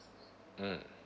mm